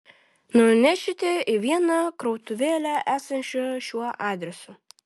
nunešite į vieną krautuvėlę esančią šiuo adresu